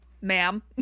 ma'am